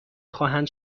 خواهند